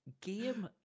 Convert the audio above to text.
Game